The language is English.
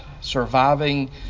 surviving